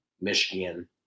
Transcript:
Michigan